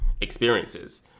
experiences